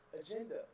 agenda